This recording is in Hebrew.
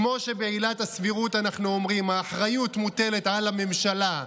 כמו שבעילת הסבירות אנחנו אומרים: האחריות מוטלת על הממשלה,